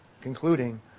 concluding